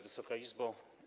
Wysoka Izbo!